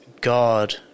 god